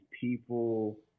people